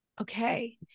okay